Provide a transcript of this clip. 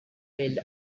held